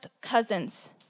cousin's